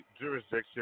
jurisdiction